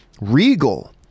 Regal